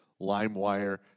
LimeWire